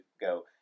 go